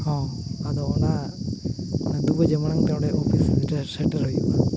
ᱦᱚᱸ ᱟᱫᱚ ᱚᱱᱟ ᱫᱩᱵᱟᱡᱮ ᱢᱟᱲᱟᱝ ᱛᱮ ᱚᱸᱰᱮ ᱚᱯᱷᱤᱥ ᱨᱮ ᱥᱮᱴᱮᱨ ᱦᱩᱭᱩᱜᱼᱟ